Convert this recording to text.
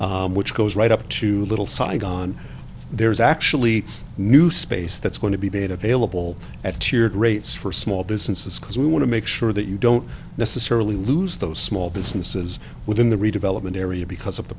which goes right up to little saigon there is actually new space that's going to be that available at teared rates for small businesses because we want to make sure that you don't necessarily lose those small businesses within the redevelopment area because of the